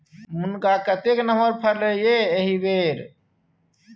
मुनगा कतेक नमहर फरलै ये एहिबेर